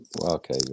okay